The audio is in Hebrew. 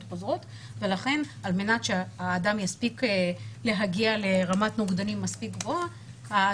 חוזרות ולכן על מנת שהאדם יספיק להגיע לרמת נוגדנים מספיק גבוהה,